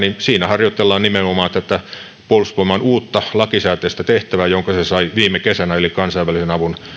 harjoitellaan nimenomaan tätä puolustusvoimien uutta lakisääteistä tehtävää jonka se sai viime kesänä eli kansainvälisen